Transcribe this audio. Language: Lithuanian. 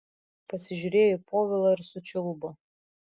pasižiūrėjo į povilą ir sučiulbo